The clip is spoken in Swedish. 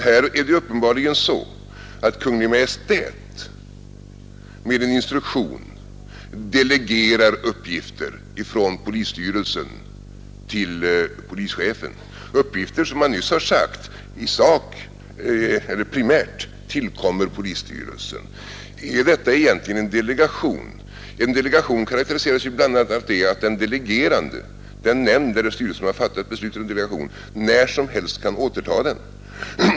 Här är det uppenbarligen så att Kungl. Maj:t med en instruktion delegerar uppgifter ifrån polisstyrelsen till polischefen, uppgifter som man nyss har sagt primärt tillkommer polisstyrelsen. Är detta egentligen en delegation? En delegation karakteriseras ju bl.a. därav att den delegerande, den nämnd eller styrelse som fattat beslutet om delegation, när som helst kan återta den.